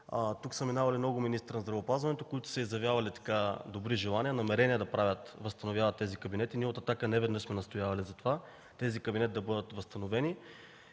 тук са минавали много министри на здравеопазването, които са изявявали добри желания, намерения да възстановяват тези кабинети. Ние от „Атака” неведнъж сме настоявали за това – тези кабинети да бъдат възстановени.